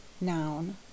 Noun